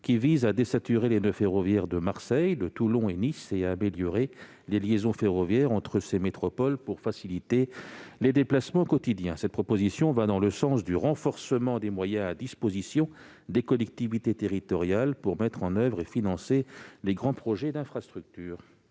qui vise à désaturer les noeuds ferroviaires de Marseille, Toulon et Nice et à améliorer les liaisons ferroviaires entre ces métropoles pour faciliter les déplacements quotidiens. Cette proposition va dans le sens du renforcement des moyens à disposition des collectivités territoriales pour mettre en oeuvre et financer les grands projets d'infrastructures.